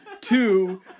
two